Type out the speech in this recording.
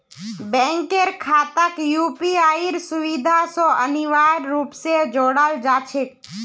बैंकेर खाताक यूपीआईर सुविधा स अनिवार्य रूप स जोडाल जा छेक